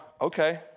okay